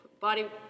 body